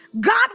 God